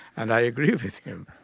and i agree with them.